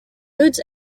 goods